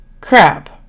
Crap